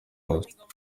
bose